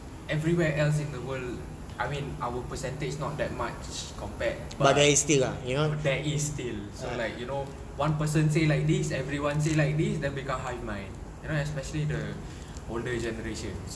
everywhere else in the world I mean our percentage is not that much compared but there is still so like you know one person say like this everyone say like this then becomes hive mind you especially know the older generations